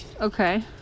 Okay